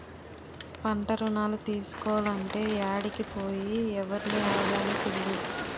పంటరుణాలు తీసుకోలంటే యాడికి పోయి, యెవుర్ని అడగాలి సెల్లీ?